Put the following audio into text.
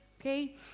okay